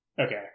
Okay